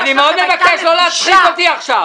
אני מאוד מבקש לא להצחיק אותי עכשיו.